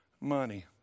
money